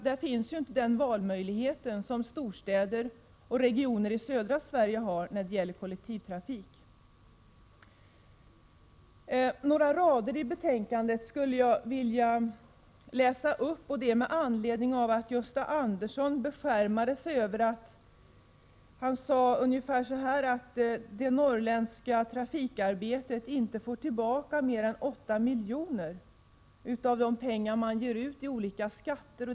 Där finns inte den valmöjlighet som storstäder och regioner i södra Sverige har när det gäller kollektivtrafik. Jag skulle vilja läsa upp några rader i betänkandet, med anledning av att Gösta Andersson beskärmade sig över att det norrländska trafikarbetet inte får tillbaka mer än 8 miljoner av de pengar som man ger ut i olika skatter.